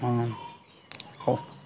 ହଁ ହଉ